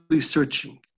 searching